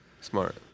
Smart